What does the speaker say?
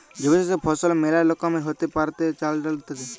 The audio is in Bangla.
জৈব চাসের ফসল মেলা রকমেরই হ্যতে পারে, চাল, ডাল ইত্যাদি